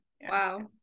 Wow